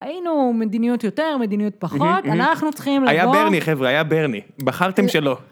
היינו מדיניות יותר, מדיניות פחות, אנחנו צריכים לגמור... היה ברני חברה, היה ברני, בחרתם שלא.